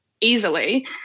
easily